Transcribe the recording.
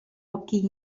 occhi